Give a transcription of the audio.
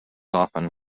often